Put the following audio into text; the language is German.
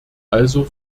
also